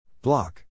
Block